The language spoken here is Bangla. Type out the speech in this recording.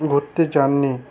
ঘুরতে যাননি